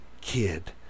kid